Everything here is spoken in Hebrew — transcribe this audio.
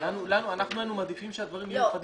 אנחנו היינו מעדיפים שהדברים יהיו ברורים וחדים.